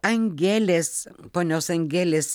angelės ponios angelės